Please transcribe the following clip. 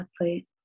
athlete